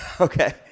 okay